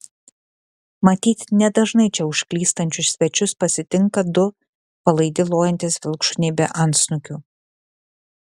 matyt nedažnai čia užklystančius svečius pasitinka du palaidi lojantys vilkšuniai be antsnukių